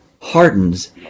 hardens